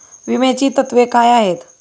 विम्याची तत्वे काय आहेत?